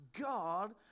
God